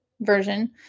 version